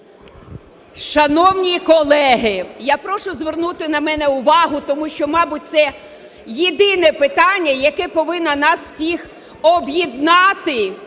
Шановні колеги, я прошу звернути на мене увагу, тому що, мабуть, це єдине питання, яке повинно нас всіх об'єднати,